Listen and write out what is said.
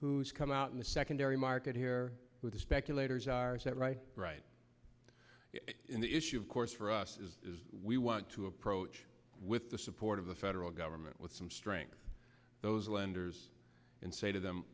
who's come out in the secondary market here with the speculators are is that right right the issue of course for us is we want to approach with the support of the federal government with some strength those lenders and say to them